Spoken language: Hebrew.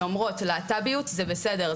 דמויות שאומרות להט"ביות זה בסדר,